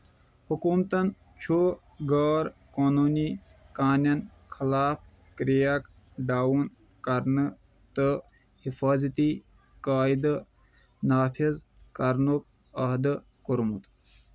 حکوٗمتَن چھُ غٲر قونوٗنی کانٮ۪ن خِلاف کرٛیک ڈاؤن کرنہٕ تہٕ حفٲظتی قٲیدٕ نافذ کرنُک عہد کوٚرمُت